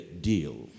deal